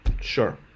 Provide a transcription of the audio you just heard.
Sure